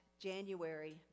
January